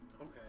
Okay